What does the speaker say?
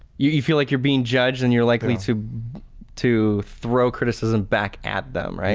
you feel like you're being judged and you're likely to to throw criticism back at them, right?